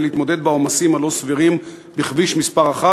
להתמודד עם העומסים הלא-סבירים בכביש מס' 1,